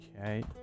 Okay